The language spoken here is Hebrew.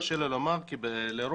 קשה לי לומר כי לרוב